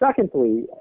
secondly